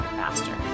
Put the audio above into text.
faster